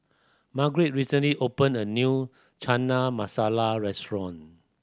Margret recently opened a new Chana Masala Restaurant